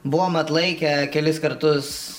buvom atlaikę kelis kartus